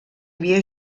havia